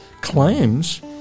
claims